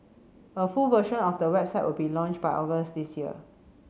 a full version of the website will be launched by August this year